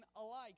alike